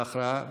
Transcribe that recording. בהכרעה במליאה.